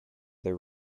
their